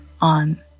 on